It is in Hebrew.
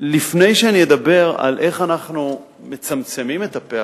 לפני שאני אדבר על איך אנחנו מצמצמים את הפערים,